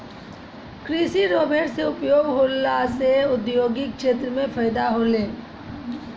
कृषि रोवेट से उपयोग होला से औद्योगिक क्षेत्र मे फैदा होलै